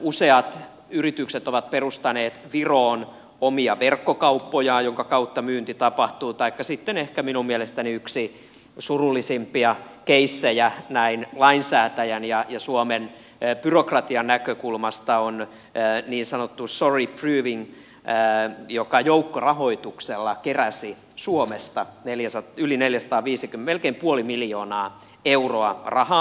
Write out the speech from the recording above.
useat yritykset ovat perustaneet viroon omia verkkokauppojaan joiden kautta myynti tapahtuu taikka sitten ehkä minun mielestäni yksi surullisimpia keissejä näin lainsäätäjän ja suomen byrokratian näkökulmasta on niin sanottu sori brewing joka joukkorahoituksella keräsi suomesta melkein puoli miljoonaa euroa rahaa